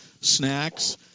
Snacks